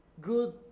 good